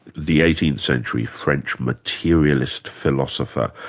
the eighteenth century french materialist philosopher.